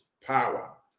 power